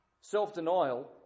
Self-denial